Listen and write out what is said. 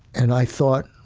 and i thought,